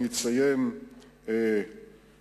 אני אציין שלושה: